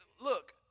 look